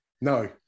no